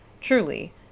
truly